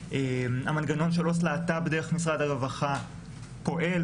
והמנגנון של עו"ס להט"ב דרך משרד הרווחה פועל.